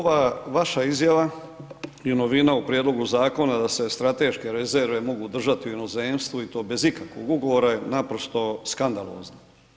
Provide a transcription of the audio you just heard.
Ova vaša izjava je novina u prijedlogu zakona da se strateške rezerve mogu držati u inozemstvu i to bez ikakvog ugovora je naprosto skandalozno.